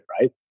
right